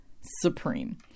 supreme